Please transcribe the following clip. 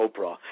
Oprah